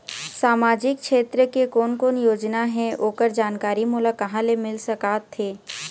सामाजिक क्षेत्र के कोन कोन योजना हे ओकर जानकारी मोला कहा ले मिल सका थे?